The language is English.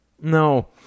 No